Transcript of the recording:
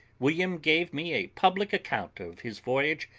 william gave me a public account of his voyage,